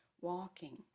walking